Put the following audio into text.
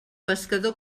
pescador